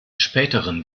späteren